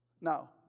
Now